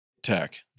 tech